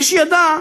מי שידע,